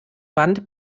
wand